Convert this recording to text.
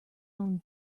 own